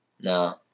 No